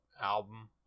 album